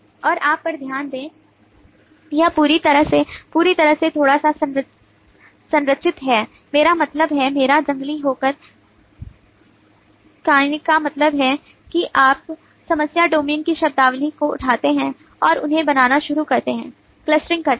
और आप पर ध्यान दें यह पूरी तरह से पूरी तरह से थोड़ा सा संरचित है मेरा मतलब है मेरा जंगली होकर काएने का मतलब है कि आप समस्या डोमेन की शब्दावली को उठाते हैं और उन्हें बनाना शुरू करते हैं क्लस्टरिंग करते है